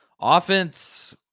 offense